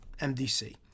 MDC